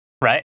Right